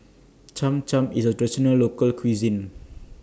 Cham Cham IS A Local Cuisine